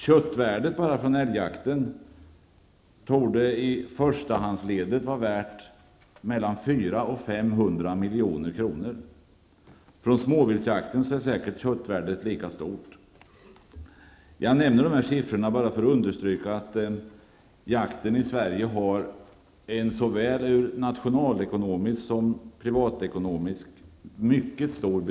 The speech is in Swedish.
Köttvärdet enbart från älgjakten torde i förstahandsledet motsvara 400-- 500 milj.kr. Från småviltsjakten är säkert köttvärdet lika stort. Jag nämner dessa siffror för att understryka att jakten i Sverige har en mycket stor betydelse såväl nationalekonomiskt som privatekonomiskt.